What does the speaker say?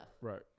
Right